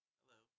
Hello